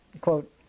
quote